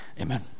amen